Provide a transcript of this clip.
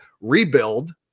rebuild